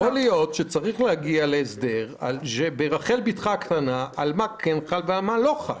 יכול להיות שצריך להגיע להסדר ברחל בתך הקטנה על מה חל ועל מה לא חל.